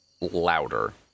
louder